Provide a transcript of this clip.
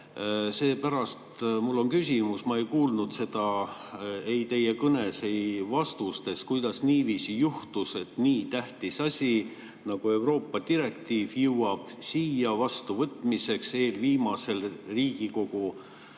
Seepärast mul on küsimus. Ma ei kuulnud seda ei teie kõnes ega vastustes, kuidas niiviisi juhtus, et nii tähtis asi nagu Euroopa direktiiv jõuab siia vastuvõtmiseks eelviimasel Riigikogu